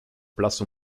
blass